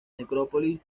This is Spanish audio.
necrópolis